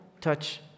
touch